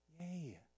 Yay